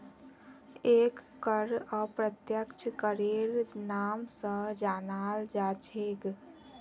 एक कर अप्रत्यक्ष करेर नाम स जानाल जा छेक